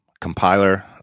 compiler